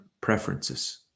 preferences